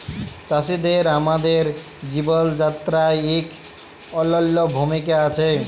চাষীদের আমাদের জীবল যাত্রায় ইক অলল্য ভূমিকা আছে